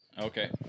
Okay